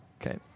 Okay